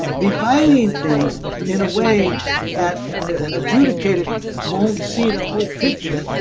dividing things in a way that the adjudicator won't see the whole picture.